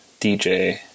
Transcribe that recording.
DJ